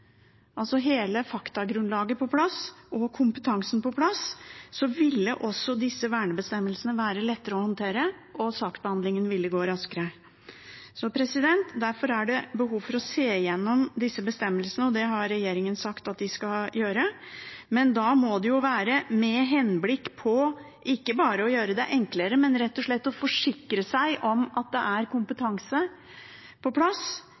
ville også disse vernebestemmelsene være lettere å håndtere, og saksbehandlingen ville gå raskere. Derfor er det behov for å se gjennom disse bestemmelsene, og det har regjeringen sagt at de skal gjøre. Da må det være med henblikk på ikke bare å gjøre det enklere, men rett og slett å forsikre seg om at det er kompetanse og kunnskap på plass,